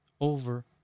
over